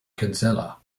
kinsella